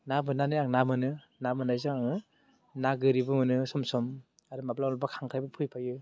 ना बोननानै आं ना मोनो ना बोननायजों आङो ना गोरिबो मोनो सम सम आरो माब्लाबा माब्लाबा खांख्राइबो फैफायो